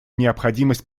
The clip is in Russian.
необходимость